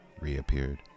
reappeared